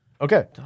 Okay